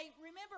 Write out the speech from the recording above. remember